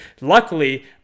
luckily